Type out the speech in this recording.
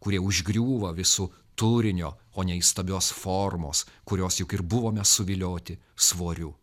kurie užgriūva visu turinio o ne įstabios formos kurios juk ir buvome suvilioti svoriu